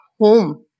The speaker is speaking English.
home